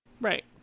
Right